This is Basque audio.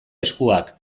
eskuak